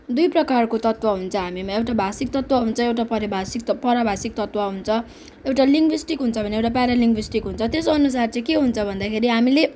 दुई प्रकारको तत्व हुन्छ हामीमा एउटा भाषिक तत्व हुन्छ एउटा परिभाषिक परभाषिक तत्व हुन्छ एउटा लिङ्गुइस्टिक हुन्छ भने एउटा प्यारालिङ्गुइस्टिक हुन्छ त्यस अनुसार चाहिँ के हुन्छ भन्दाखेरि हामीले